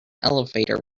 elevator